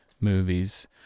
movies